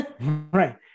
Right